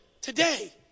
today